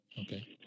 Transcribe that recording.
Okay